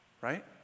right